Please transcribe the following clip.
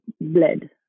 bled